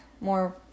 more